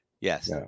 Yes